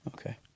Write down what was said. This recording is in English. Okay